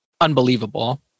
unbelievable